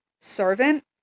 Servant